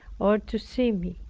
or to see me.